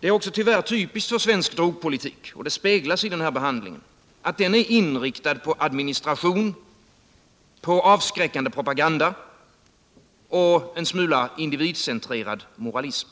Det är också tyvärr typiskt för svensk drogpolitik — och det speglas i den här behandlingen — att den är inriktad på administration, avskräckande propaganda och en smula individcentrerad moralism.